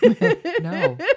no